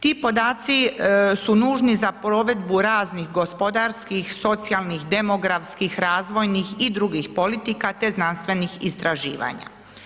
Ti podaci su nužni za provedbu raznih gospodarskih, socijalnih, demografskih, razvojnih i drugih politika te znanstvenih istraživanja.